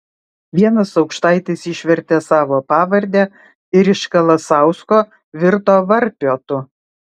vienas aukštaitis išvertė savo pavardę ir iš kalasausko virto varpiotu